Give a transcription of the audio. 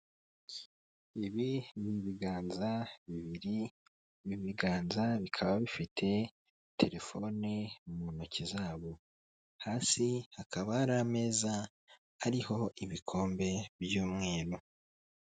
Ibi ni ibiganza bibiri, ibi biganza bikaba bifite telefone mu ntoki z'abo, hasi hakaba hari ameza hariho ibikombe by'umweru.